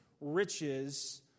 riches